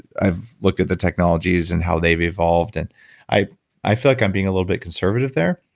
i've looked at the technologies and how they've evolved and i i feel like i'm being a little bit conservative there,